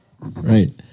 right